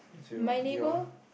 my neighbour